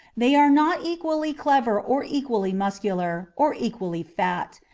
they are not equally clever or equally muscular or equally fat,